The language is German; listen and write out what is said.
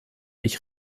ich